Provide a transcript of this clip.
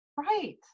Right